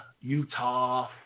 Utah